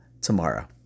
tomorrow